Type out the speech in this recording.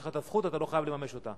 יש לך הזכות, ואתה לא חייב לממש אותה.